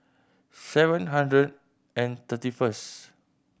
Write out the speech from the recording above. seven hundred and thirty first